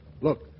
Look